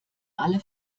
alle